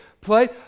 played